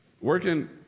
Working